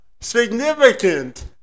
significant